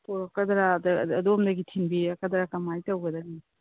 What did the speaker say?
ꯄꯨꯔꯛꯀꯗ꯭ꯔ ꯑꯗꯣꯝꯗꯒꯤ ꯊꯤꯟꯕꯤꯔꯛꯀꯗ꯭ꯔ ꯀꯔꯃꯥꯏꯅ ꯇꯧꯒꯅꯤ